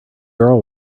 girl